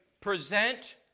present